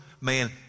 man